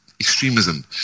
extremism